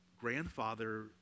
grandfather